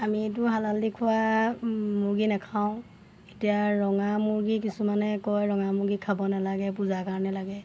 আমি এইটো হালাল দি খোৱা মুৰ্গী নেখাওঁ এতিয়া ৰঙা মুৰ্গী কিছুমানে কয় ৰঙা মুৰ্গী খাব নালাগে পূজাৰ কাৰণে লাগে